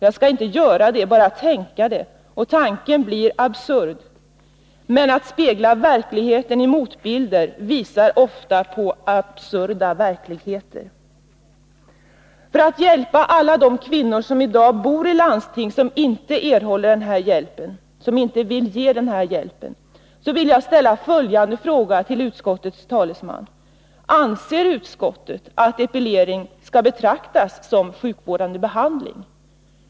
Jag skall inte göra det — bara tänka det. Och tanken blir absurd. Men att spegla verkligheten i motbild visar ofta på en absurd verklighet. För att hjälpa alla de kvinnor som i dag bor i län där landstinget inte vill ge denna hjälp, vill jag ställa följande fråga till utskottets talesman: Anser utskottet att epilering skall betraktas som sjukvårdande behandling?